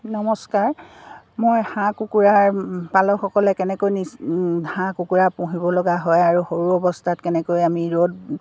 নমস্কাৰ মই হাঁহ কুকুুৰাৰ পালকসকলে কেনেকৈ নি হাঁহ কুকুৰা পুহিব লগা হয় আৰু সৰু অৱস্থাত কেনেকৈ আমি ৰ'দ